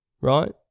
right